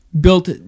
built